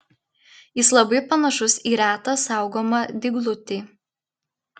jis labai panašus į retą saugomą dyglutį